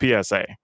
PSA